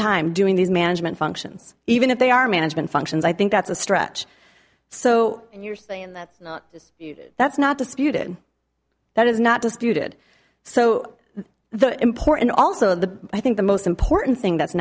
time doing these management functions even if they are management functions i think that's a stretch so you're saying that's not disputed that is not disputed so the important also the i think the most important thing that's